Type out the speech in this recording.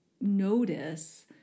notice